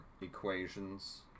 equations